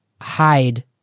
hide